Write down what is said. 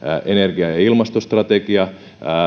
energia ja ilmastostrategia